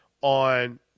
on